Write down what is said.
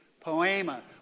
Poema